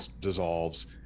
dissolves